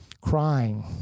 Crying